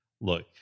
look